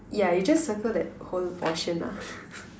yeah you just circle that whole portion lah